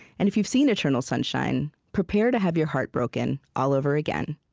and if you've seen eternal sunshine, prepare to have your heart broken all over again